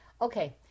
Okay